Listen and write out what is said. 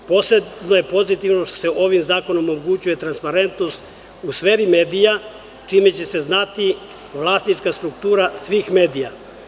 Posebno je pozitivno što se ovim zakonom omogućuje transparentnost u sferi medija, čime će se znati vlasnička struktura svih medija.